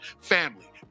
family